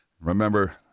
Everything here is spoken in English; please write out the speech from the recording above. Remember